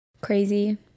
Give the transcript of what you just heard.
crazy